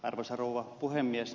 arvoisa rouva puhemies